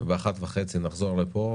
וב-13:30 נחזור לפה,